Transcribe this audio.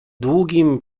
długim